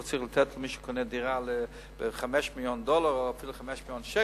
לא צריך לתת למי שקונה דירה ב-5 מיליוני דולר או אפילו ב-5 מיליוני שקל.